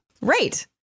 Right